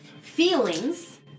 Feelings